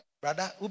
Brother